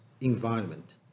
environment